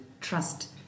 trust